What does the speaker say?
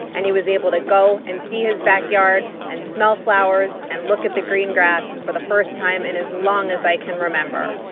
and he was able to go and see his backyard and smell flowers and look at the green grass for the first time in as long as i can remember.